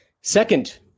Second